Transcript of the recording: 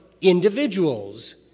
individuals